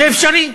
זה אפשרי.